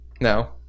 No